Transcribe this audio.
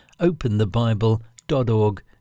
openthebible.org